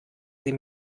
sie